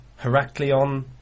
Heraklion